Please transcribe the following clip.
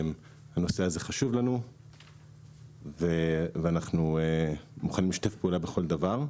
הנושא הזה חשוב לנו ואנחנו מוכנים לשתף פעולה בכל דבר.